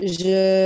je